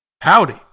howdy